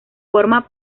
forma